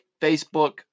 Facebook